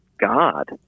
God